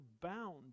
bound